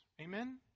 Amen